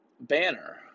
banner